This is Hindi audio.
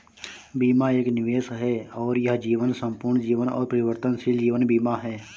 बीमा एक निवेश है और यह जीवन, संपूर्ण जीवन और परिवर्तनशील जीवन बीमा है